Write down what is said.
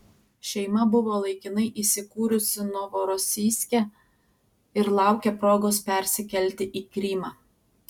šeima buvo laikinai įsikūrusi novorosijske ir laukė progos persikelti į krymą